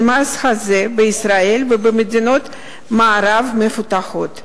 המס הזה בישראל ובמדינות מערב מפותחות.